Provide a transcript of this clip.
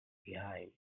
behind